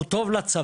הוא טוב לצבא,